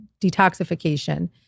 detoxification